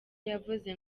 yavuze